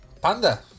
Panda